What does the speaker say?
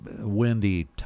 windy